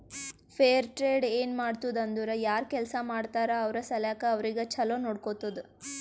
fair trade ಏನ್ ಮಾಡ್ತುದ್ ಅಂದುರ್ ಯಾರ್ ಕೆಲ್ಸಾ ಮಾಡ್ತಾರ ಅವ್ರ ಸಲ್ಯಾಕ್ ಅವ್ರಿಗ ಛಲೋ ನೊಡ್ಕೊತ್ತುದ್